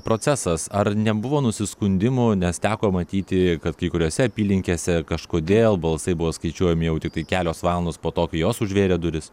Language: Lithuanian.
procesas ar nebuvo nusiskundimų nes teko matyti kad kai kuriose apylinkėse kažkodėl balsai buvo skaičiuojami jau tiktai kelios valandos po to kai jos užvėrė duris